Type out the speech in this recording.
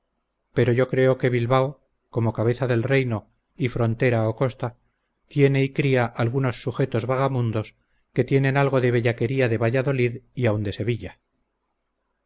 pero yo creo que bilbao como cabeza de reino y frontera o costa tiene y cría algunos sujetos vagamundos que tienen algo de bellaquería de valladolid y aun de sevilla